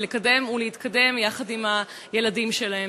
לקדם ולהתקדם יחד עם הילדים שלהן.